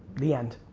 the end.